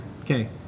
Okay